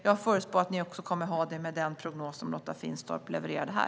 Jag förutspår att ni också kommer att ha det med den prognos som Lotta Finstorp levererade här.